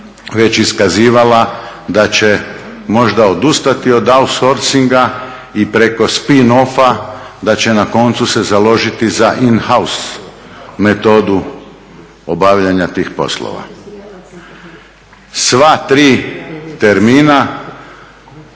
već iskazivala da će možda odustati od outsorcinga i preko spin offa da će na koncu se založiti za in house metodu obavljanja tih poslova. Sva tri termina